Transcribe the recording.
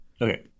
Okay